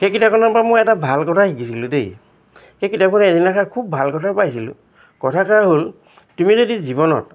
সেই কিতাপখনৰ পৰা মই এটা ভাল কথা শিকিছিলোঁ দেই সেই কিতাপখনে এদিনাখন খুব ভাল কথা পাইছিলোঁ কথাষাৰ হ'ল তুমি যদি জীৱনত